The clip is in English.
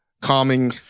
calming